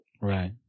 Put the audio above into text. Right